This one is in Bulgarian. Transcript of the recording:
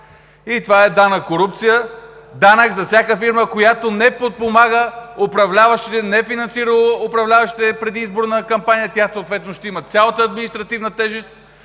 И това е данък корупция, данък за всяка фирма, която не подпомага управляващите, не финансира управляващите в предизборна кампания, и съответно ще има цялата административна тежест.